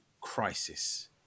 crisis